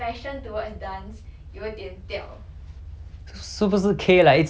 是不是 K like 一直骂你 then 你一直 !wah! 不懂要怎样做不懂要怎样做